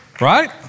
Right